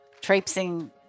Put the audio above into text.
traipsing